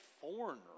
foreigner